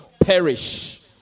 perish